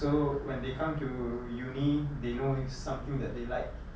so when they come to uni they know it's something that they like